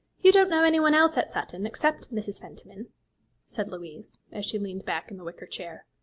you don't know anyone else at sutton except mrs. fentiman said louise, as she leaned back in the wicker chair.